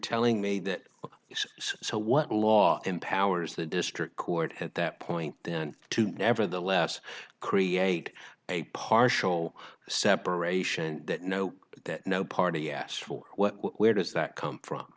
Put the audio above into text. telling me that so what law empowers the district court at that point then to nevertheless create a partial separation that no that no party asked for where does that come from